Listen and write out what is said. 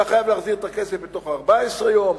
אתה חייב להחזיר את הכסף בתוך 14 יום.